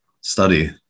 Study